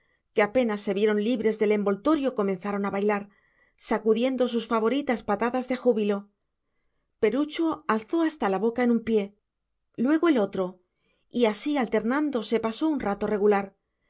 que apenas se vieron libres del envoltorio comenzaron a bailar sacudiendo sus favoritas patadas de júbilo perucho alzó hasta la boca un pie luego otro y así alternando se pasó un rato regular